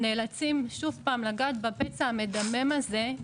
נאלצים שוב לגעת בפצע המדמם הזה,